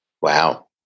Wow